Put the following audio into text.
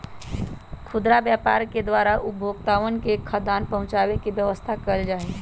खुदरा व्यापार के द्वारा उपभोक्तावन तक खाद्यान्न पहुंचावे के व्यवस्था कइल जाहई